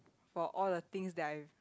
for all the things that I